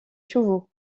chevaux